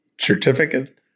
certificate